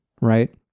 right